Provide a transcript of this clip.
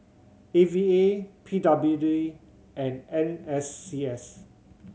A V A P W D and N S C S